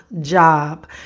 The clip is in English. job